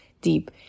deep